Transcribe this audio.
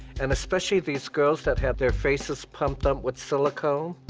and especially these girls that had their faces pumped up with silicone,